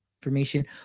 information